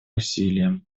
усилиям